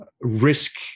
risk